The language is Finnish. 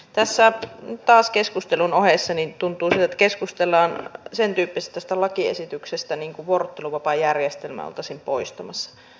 tässä taas keskustelun ohessa tuntuu siltä että keskustellaan sen tyyppisestä lakiesityksestä että vuorotteluvapaajärjestelmä oltaisiin poistamassa